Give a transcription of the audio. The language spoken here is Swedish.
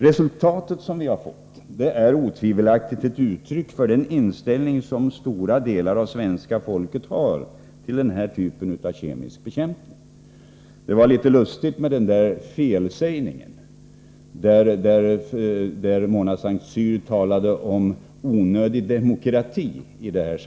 Resultatet som vi har fått är otvivelaktigt ett uttryck för den inställning som stora delar av svenska folket har till denna typ av lövslybekämpning. Det var litet lustigt med felsägningen, där Mona Saint Cyr talade om onödig demokrati.